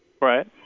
Right